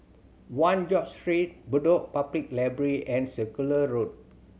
One George Street Bedok Public Library and Circular Road